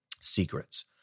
secrets